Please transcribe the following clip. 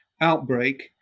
outbreak